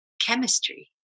chemistry